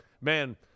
man